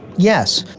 yes.